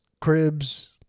cribs